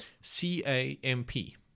C-A-M-P